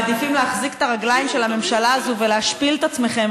מעדיפים להחזיק את הרגליים של הממשלה הזאת ולהשפיל את עצמכם,